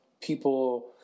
people